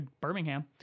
Birmingham